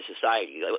society